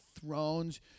Thrones